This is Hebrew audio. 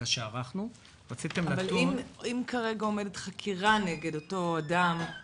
אם כרגע עומדת חקירה נגד אותו אדם,